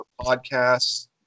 podcasts